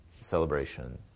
Celebration